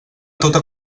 tota